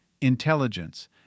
intelligence